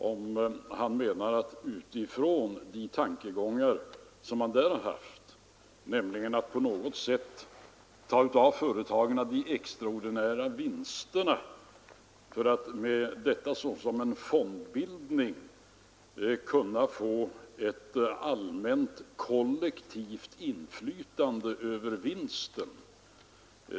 De tankegångar man inom LO haft i detta sammanhang har gått ut på att på något sätt ta ifrån företagen de extraordinära vinsterna och av dem bilda fonder som skulle kunna ge ett allmänt, kollektivt inflytande över vinsterna.